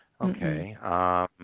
Okay